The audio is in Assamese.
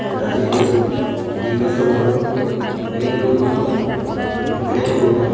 ৰাজীৱ নেওগ ডিম্বেশ্বৰ মৰাণ গৃন্দ মৰাণ বিৰেন বৰুৱা